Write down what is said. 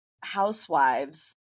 Housewives